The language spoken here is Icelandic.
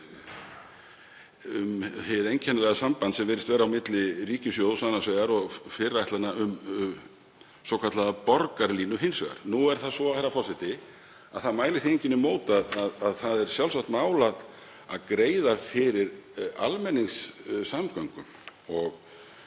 um hið einkennilega samband sem virðist vera á milli ríkissjóðs annars vegar og fyrirætlana um svokallaða borgarlínu hins vegar. Nú er það svo að það mælir því enginn í mót að það er sjálfsagt mál að greiða fyrir almenningssamgöngum, ég